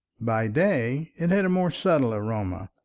by day it had a more subtle aroma,